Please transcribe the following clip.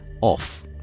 off